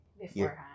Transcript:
beforehand